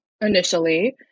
initially